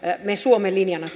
me suomen linjana